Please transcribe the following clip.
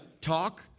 talk